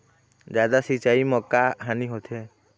जादा सिचाई म का हानी होथे?